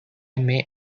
may